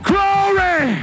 Glory